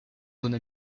zones